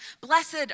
blessed